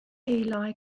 eli